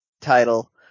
title